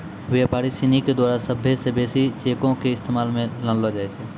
व्यापारी सिनी के द्वारा सभ्भे से बेसी चेको के इस्तेमाल मे लानलो जाय छै